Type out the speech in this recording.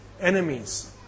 enemies